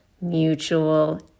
mutual